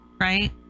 right